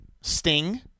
Sting